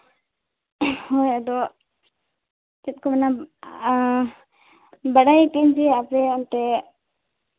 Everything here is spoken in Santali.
ᱦᱳᱭ ᱟᱫᱚ ᱪᱮᱫ ᱢᱮᱱᱟᱜᱼᱟ ᱵᱟᱲᱟᱭᱟᱹᱧ ᱛᱤᱱ ᱨᱮᱭᱟᱜ ᱟᱯᱮ ᱚᱱᱛᱮ